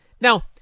Now